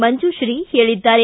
ಮಂಜುತ್ರೀ ಹೇಳಿದ್ದಾರೆ